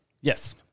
Yes